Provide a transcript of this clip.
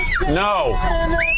No